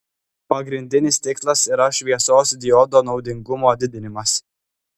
pagrindinis tikslas yra šviesos diodo naudingumo didinimas